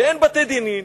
ואין בתי-דין,